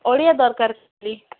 ଓଡ଼ିଆ ଦରକାର ଖାଲି